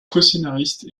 coscénariste